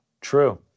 True